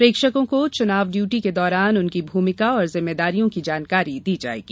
प्रेक्षकों को चुनाव ड्यूटी के दौरान उनकी भूमिका और जिम्मेदारियों की जानकारी दी जाएगी